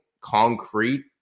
concrete